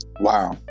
Wow